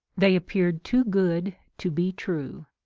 they appeared too good to be true!